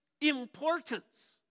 importance